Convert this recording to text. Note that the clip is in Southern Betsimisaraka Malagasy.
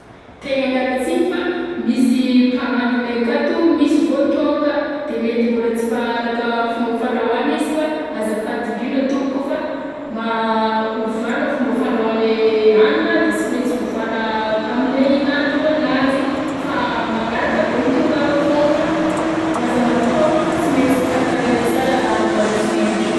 Tegna miala tsiny fa misy mpagnandronay akato misy vao tônga de mety mbola tsy maharaka fomba fandrahoàna izy fa azafady indrindra tompoko fa mba ovana fomba fandrahoànay hanina de sy mainsy ovana am'le ilandrio ananjy fa am'magnaraka de mitongava foagna fa m- aza matahotra fa sy maintsy ho karakarainay tsara hanina harosonay andrio.